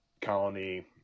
colony